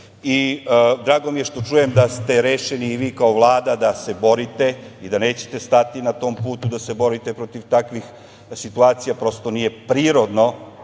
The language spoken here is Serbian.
i drago mi je što čujem da ste rešeni i vi kao Vlada da se borite i da nećete stati na tom putu da se borite protiv takvih, situacija, prosto nije prirodno